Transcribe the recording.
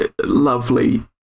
lovely